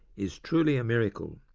is truly a miracle.